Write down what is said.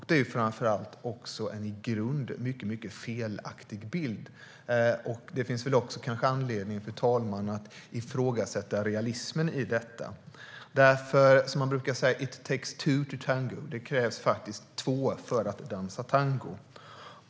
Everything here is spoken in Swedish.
Det är en i grunden mycket felaktig bild, och det finns anledning att ifrågasätta realismen i detta. Som man brukar säga: It takes two to tango - det krävs faktiskt två för att dansa tango.